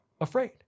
afraid